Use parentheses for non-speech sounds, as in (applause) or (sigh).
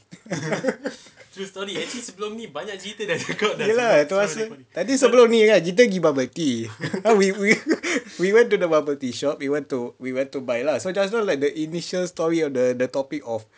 (laughs) ya lah tadi sebelum ni kita pergi bubble tea we we went to the bubble tea shop we went to we went to buy so just now like the initial story on the topic of